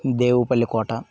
Devupalli Kota